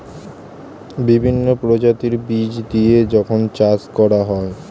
বিভিন্ন প্রজাতির বীজ দিয়ে যখন চাষ করা হয়